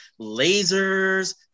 lasers